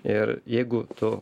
ir jeigu tu